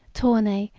tournay,